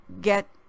get